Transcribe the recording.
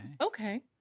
okay